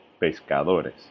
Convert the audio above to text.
pescadores